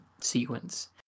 sequence